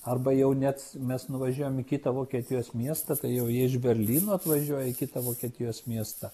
arba jau net mes nuvažiuojam į kitą vokietijos miestą tai jau jie iš berlyno atvažiuoja į kitą vokietijos miestą